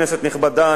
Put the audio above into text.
כנסת נכבדה,